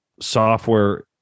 software